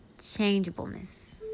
changeableness